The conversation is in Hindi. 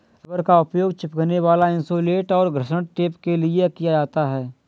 रबर का उपयोग चिपकने वाला इन्सुलेट और घर्षण टेप के लिए किया जाता है